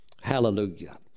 Hallelujah